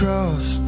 Cross